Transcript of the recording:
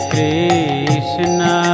Krishna